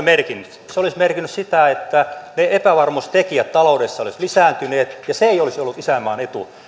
merkinnyt se olisi merkinnyt sitä että epävarmuustekijät taloudessa olisivat lisääntyneet ja se ei olisi ollut isänmaan etu